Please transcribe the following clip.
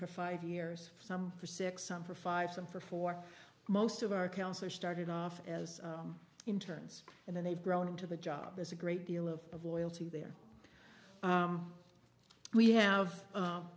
for five years some for six some for five some for for most of our counselors started off as interns and then they've grown into the job is a great deal of of loyalty there we have